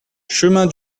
chemin